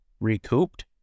recouped